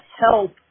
help